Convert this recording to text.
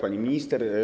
Pani Minister!